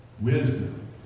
wisdom